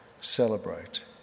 celebrate